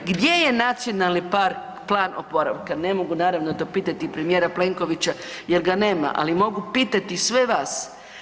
Gdje je nacionalni plan oporavka, ne mogu naravno to pitati premijera Plenkovića jer ga nema, ali mogu pitati sve vas.